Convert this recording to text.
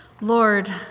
Lord